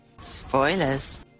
Spoilers